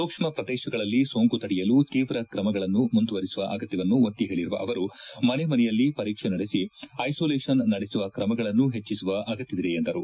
ಸೂಕ್ಷ್ಮ ಪ್ರದೇಶಗಳಲ್ಲಿ ಸೋಂಕು ತಡೆಯಲು ತೀವ್ರ ಕ್ರಮಗಳನ್ನು ಮುಂದುವರೆಸುವ ಅಗತ್ಯವನ್ನು ಒತ್ತಿ ಹೇಳಿರುವ ಅವರು ಮನೆ ಮನೆಯಲ್ಲಿ ಪರೀಕ್ಷೆ ನಡೆಸಿ ಐಸೋಲೇಷನ್ ನಡೆಸುವ ಕ್ರಮಗಳನ್ನು ಹೆಚ್ಚಿಸುವ ಅಗತ್ತವಿದೆ ಎಂದರು